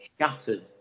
shattered